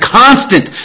constant